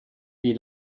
wie